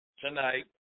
tonight